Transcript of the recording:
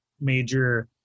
major